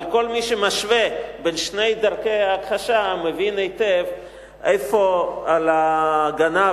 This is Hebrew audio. אבל כל מי שמשווה בין שתי דרכי ההכחשה מבין היטב איפה על הגנב,